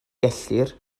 gellir